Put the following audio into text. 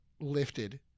lifted